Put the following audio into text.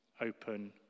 open